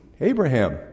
Abraham